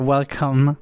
Welcome